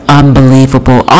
unbelievable